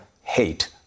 hate